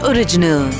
Original